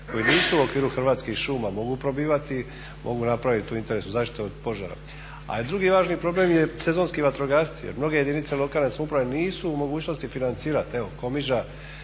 koji nisu u okviru Hrvatskih šuma mogu probivati, mogu napraviti u interesu od zaštite od požara. A drugi važni problem je sezonski vatrogasci jer mnoge jedinice lokalne samouprave nisu u mogućnosti financira. Evo Komiža,